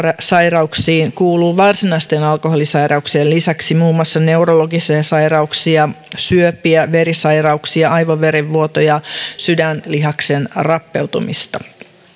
sairauksiin kuuluu varsinaisten alkoholisairauksien lisäksi muun muassa neurologisia sairauksia syöpiä verisairauksia aivoverenvuotoja sydänlihaksen rappeutumista